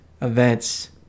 events